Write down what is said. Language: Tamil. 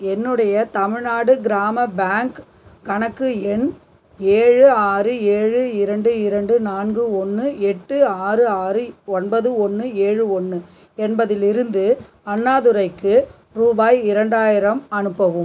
என்னுடைய தமிழ்நாடு கிராம பேங்க் கணக்கு எண் ஏழு ஆறு ஏழு இரண்டு இரண்டு நான்கு ஒன்று எட்டு ஆறு ஆறு ஒன்பது ஒன்று ஏழு ஒன்று என்பதிலிருந்து அண்ணாதுரைக்கு ரூபாய் இரண்டாயிரம் அனுப்பவும்